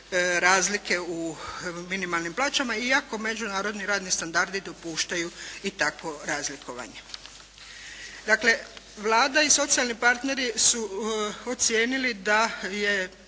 razlike u minimalnim plaćama iako međunarodni radni standardi dopuštaju i takvo razlikovanje. Dakle, Vlada i socijalni partneri su ocijenili da je